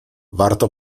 warto